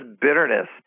bitterness